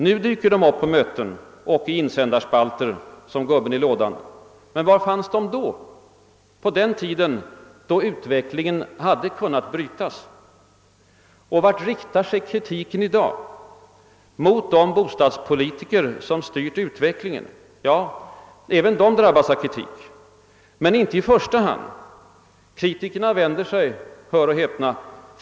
Nu dyker de upp på möten och i insändarspalter som gubben i lådan. Var fanns de då — på den tiden då utvecklingen hade kunnat brytas? Och vart riktar sig kritiken i dag? Mot de bostadspolitiker som styrt utvecklingen? Ja, även de drabbas av kritik, men inte i första hand. Kritikerna vänder sig — hör och häpna!